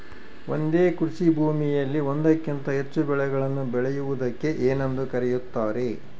ಒಂದೇ ಕೃಷಿಭೂಮಿಯಲ್ಲಿ ಒಂದಕ್ಕಿಂತ ಹೆಚ್ಚು ಬೆಳೆಗಳನ್ನು ಬೆಳೆಯುವುದಕ್ಕೆ ಏನೆಂದು ಕರೆಯುತ್ತಾರೆ?